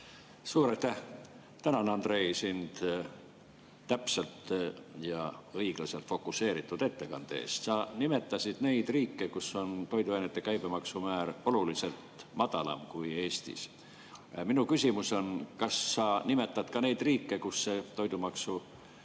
Suur aitäh! Tänan, Andrei, sind täpselt ja õiglaselt fokuseeritud ettekande eest! Sa nimetasid neid riike, kus toiduainete käibemaksu määr on oluliselt madalam kui Eestis. Minu küsimus on: kas sa nimetad ka neid riike, kus toidu[ainete]